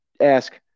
ask